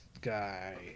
guy